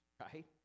right